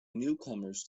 newcomers